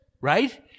Right